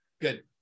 Good